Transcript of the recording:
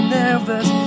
nervous